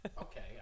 Okay